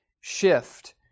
shift